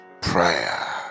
prayer